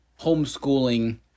homeschooling